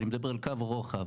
אני מדבר על קו רוחב.